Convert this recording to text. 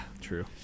true